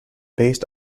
based